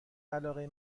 علاقه